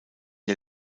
der